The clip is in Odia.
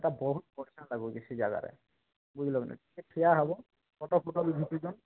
ସେଟା ବହୁତ ବଢ଼ିଆ ଲାଗୁଛି ସେ ଜାଗାରେ ବୁଝିଲ କିନି ସେଠି ଠିଆ ହବ ଫୋଟ ଫୋଟ ବି ଖିଞ୍ଚୁଛନ୍